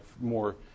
more